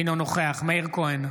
אינו נוכח מאיר כהן,